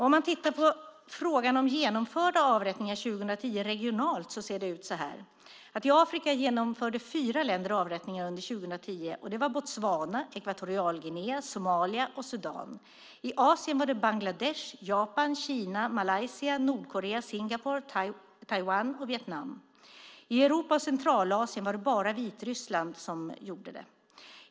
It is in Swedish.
Om man tittar på frågan om genomförda avrättningar 2010 regionalt ser det ut så här: I Afrika genomförde fyra länder avrättningar under 2010. Det var Botswana, Ekvatorialguinea, Somalia och Sudan. I Asien var det Bangladesh, Japan, Kina, Malaysia, Nordkorea, Singapore, Taiwan och Vietnam. I Europa och Centralasien var det bara Vitryssland som gjorde det.